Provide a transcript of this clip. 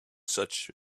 such